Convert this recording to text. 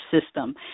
system